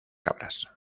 cabras